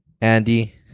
Andy